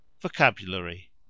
Vocabulary